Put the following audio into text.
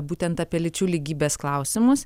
būtent apie lyčių lygybės klausimus